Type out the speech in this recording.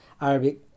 Arabic